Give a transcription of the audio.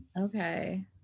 Okay